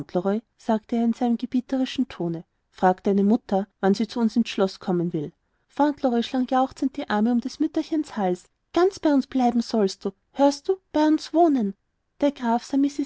sagte er in seinem gebieterischen tone frage deine mutter wann sie zu uns aufs schloß kommen will fauntleroy schlang jauchzend die arme um des mütterchens hals ganz bei uns bleiben sollst du hörst du bei uns wohnen der graf